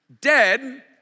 dead